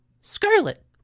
Scarlet